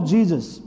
Jesus